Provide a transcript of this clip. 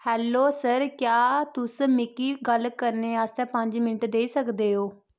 hello sir क्या तुस मिगी गल्ल करने आस्तै पंज मिंट देई सकदे ओ